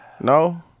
No